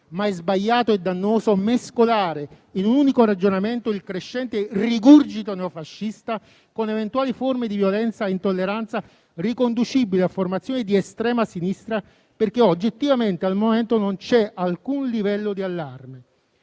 ma è sbagliato e dannoso mescolare in un unico ragionamento il crescente rigurgito neofascista con eventuali forme di violenza e intolleranza riconducibili a formazioni di estrema sinistra, perché oggettivamente al momento non c'è alcun livello di allarme.